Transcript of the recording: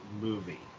movie